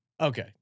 Okay